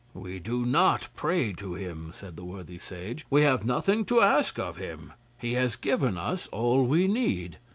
we do not pray to him, said the worthy sage we have nothing to ask of him he has given us all we need,